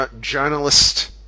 journalist